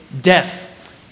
death